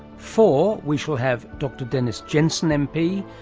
for we shall have dr dennis jensen mp,